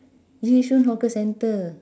yishun hawker centre